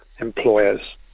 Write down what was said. Employers